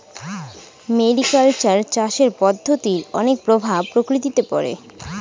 mariculture চাষের পদ্ধতির অনেক প্রভাব প্রকৃতিতে পড়ে